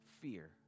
fear